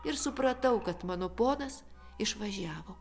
ir supratau kad mano ponas išvažiavo